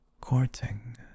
courting